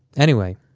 anyway,